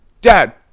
dad